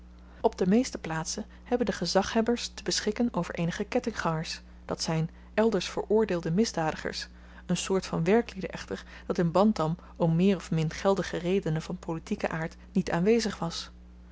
op de meeste plaatsen hebben de gezaghebbers te beschikken over eenige ketting gangers dat zyn elders veroordeelde misdadigers een soort van werklieden echter dat in bantam om meer of min geldige redenen van politieken aard niet aanwezig was